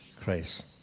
Christ